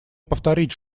повторить